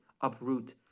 uproot